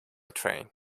train